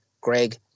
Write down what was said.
Greg